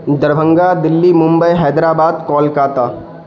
Darbhanga Delhi Mumbai Hyderabad Kolkata